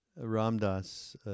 Ramdas